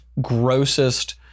grossest